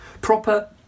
proper